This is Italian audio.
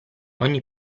ogni